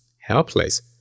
helpless